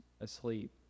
asleep